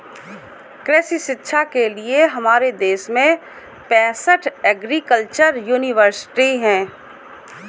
कृषि शिक्षा के लिए हमारे देश में पैसठ एग्रीकल्चर यूनिवर्सिटी हैं